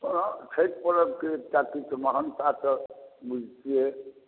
अहाँ छठि पर्व के एकटा किछु महानता तऽ बुझितियै